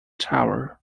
tower